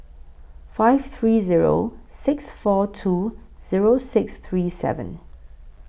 five three Zero six four two Zero six three seven